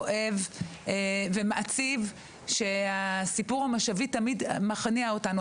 כואב ומעציב שהסיפור המשאבים תמיד מכניעים אותנו.